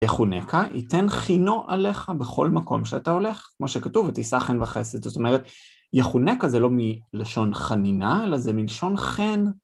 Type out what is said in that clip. יחונקא, ייתן חינו עליך בכל מקום שאתה הולך, כמו שכתוב ותשא חן וחסד. זאת אומרת, יחונקא זה לא מלשון חנינה, אלא זה מלשון חן.